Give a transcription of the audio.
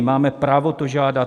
Máme právo to žádat.